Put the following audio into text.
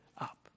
up